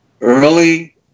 early